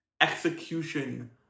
execution